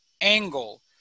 angle